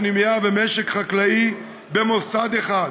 פנימייה ומשק חקלאי במוסד אחד,